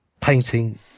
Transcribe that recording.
painting